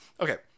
Okay